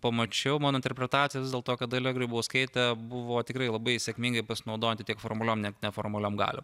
pamačiau mano interpretacija vis dėlto kad dalia grybauskaitė buvo tikrai labai sėkmingai pasinaudojanti tiek formaliom net neformaliom galiom